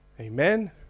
Amen